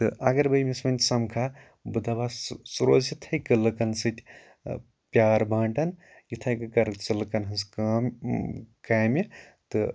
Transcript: اگر بہٕ أمِس وۄنۍ سَمکھٕ ہا بہٕ دَپہَس ژٕ روز یِتٕھے کَنۍ لُکَن سۭتۍ پیار بانٛٹان یِتٕھے کٕنۍ کَرُکھ ژٕ لُکَن ہٕنٛز کٲم کامہِ تہٕ